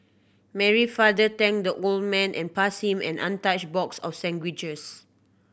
Mary father thanked the old man and passed him an untouched box of sandwiches